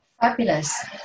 Fabulous